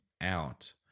out